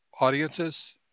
audiences